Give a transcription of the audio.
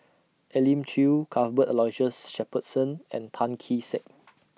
Elim Chew Cuthbert Aloysius Shepherdson and Tan Kee Sek